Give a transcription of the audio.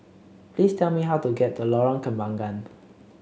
please tell me how to get the Lorong Kembagan